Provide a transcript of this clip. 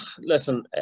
listen